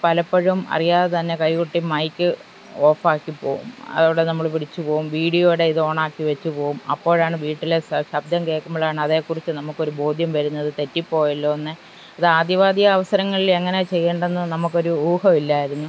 പലപ്പോഴും അറിയാതെ തന്നെ കൈ തട്ടി മൈക്ക് ഓഫാക്കി പോകും അതോടെ നമ്മൾ പിടിച്ച് പോകും വീഡിയോടെ ഇത് ഓണാക്കി വച്ച് പോകും അപ്പോഴാണ് വീട്ടിലെ ശബ്ദം കേൾക്കുമ്പോഴാണ് അതേക്കുറിച്ച് നമുക്കൊരു ബോധ്യം വരുന്നത് തെറ്റി പോയല്ലോയെന്ന് ഇത് ആദ്യമാദ്യം അവസരങ്ങളിൽ എങ്ങനെയാണ് ചെയ്യേണ്ടതെന്ന് നമുക്കൊരു ഊഹമില്ലായിരുന്നു